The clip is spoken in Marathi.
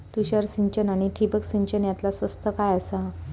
तुषार सिंचन आनी ठिबक सिंचन यातला स्वस्त काय आसा?